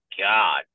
God